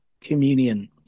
Communion